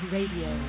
Radio